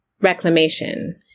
reclamation